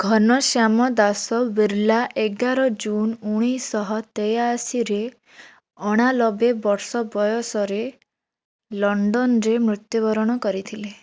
ଘନଶ୍ୟାମ ଦାସ ବିର୍ଲା ଏଗାର ଜୁନ୍ ଉଣେଇଶି ଶହ ତେୟାଅଶି ରେ ଅଣାଲବେ ବର୍ଷ ବୟସରେ ଲଣ୍ଡନରେ ମୃତ୍ୟୁବରଣ କରିଥିଲେ